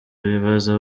bibaza